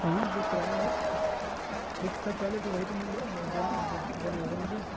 ہاں جو کرایہ ہو فکس تھا پہلے تو وہی تو دینا ہوگا مجھے